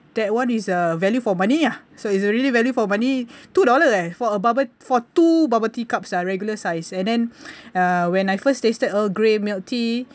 that one is a value for money ah so it's a really value for money two dollar eh for a bubble for two bubble tea cups sia regular size and then uh when I first tasted earl grey milk tea